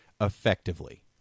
effectively